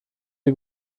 die